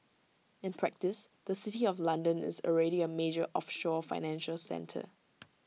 in practice the city of London is already A major offshore financial centre